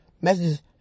messages